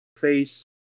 face